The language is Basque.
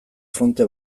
fronte